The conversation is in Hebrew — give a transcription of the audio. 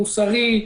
מוסרי,